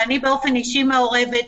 ואני באופן אישי מעורבת.